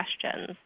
questions